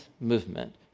movement